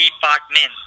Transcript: Department